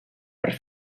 per